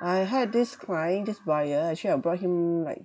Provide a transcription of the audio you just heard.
I had this client this buyer actually I brought him like